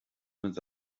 muid